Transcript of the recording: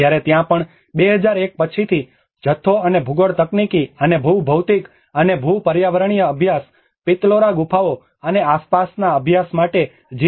જ્યારે ત્યાં પણ 2001 પછીથી જથ્થો અને ભૂગોળ તકનીકી અને ભૂ ભૌતિક અને ભૂ પર્યાવરણીય અભ્યાસ પિત્તલોરા ગુફાઓ અને આસપાસના અભ્યાસ માટે જી